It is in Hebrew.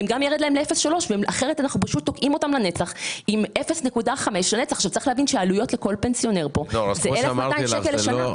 גם להם ירד ל-0.3 כי אחרת אנחנו פשוט תוקעים אותם לנצח עם 0.5. צריך להבין שהעלויות לכל פנסיונר כאן הן 1,200 שקלים לשנה.